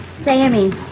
Sammy